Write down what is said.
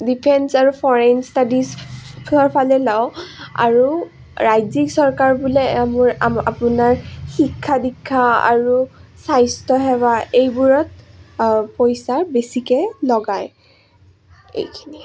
defence আৰু foreign ষ্টাডিজৰ ফালে লওঁ আৰু ৰাজ্যিক চৰকাৰ বোলে মোৰ আপোনাৰ শিক্ষা দীক্ষা আৰু স্বাস্থ্যসেৱা এইবোৰত পইচা বেছিকৈ লগায় এইখিনিয়ে